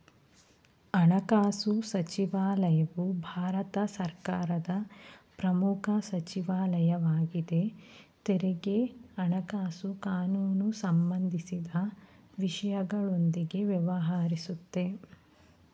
ಹಣಕಾಸುಸಚಿವಾಲಯವು ಭಾರತ ಸರ್ಕಾರದ ಪ್ರಮುಖ ಸಚಿವಾಲಯ ವಾಗಿದೆ ತೆರಿಗೆ ಹಣಕಾಸು ಕಾನೂನುಸಂಬಂಧಿಸಿದ ವಿಷಯಗಳೊಂದಿಗೆ ವ್ಯವಹರಿಸುತ್ತೆ